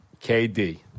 kd